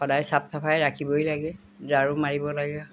সদায় চাফ চাফাই ৰাখিবই লাগে ঝাৰু মাৰিব লাগে